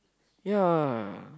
ya